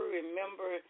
remember